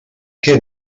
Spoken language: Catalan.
què